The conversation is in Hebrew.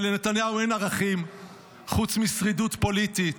לנתניהו אין ערכים חוץ משרידות פוליטית,